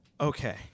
Okay